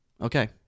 Okay